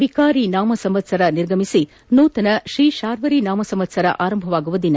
ವಿಕಾರಿ ನಾಮ ಸಂವತ್ಸರ ನಿರ್ಗಮಿಸಿ ನೂತನ ಶ್ರೀ ಶಾರ್ವರಿ ನಾಮ ಸಂವತ್ಸರ ಆರಂಭವಾಗುವ ದಿನ